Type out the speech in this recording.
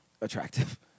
attractive